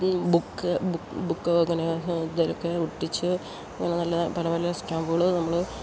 book book അങ്ങനെ ഇതിലൊക്കെ ഒട്ടിച്ച് അങ്ങനെ നല്ല പല പല സ്റ്റാമ്പുകൾ നമ്മൾ